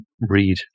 read